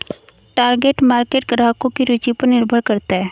target market ग्राहकों की रूचि पर निर्भर करता है